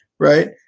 Right